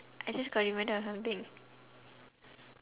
I just got reminded of something